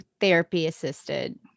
therapy-assisted